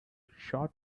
short